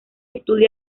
estudia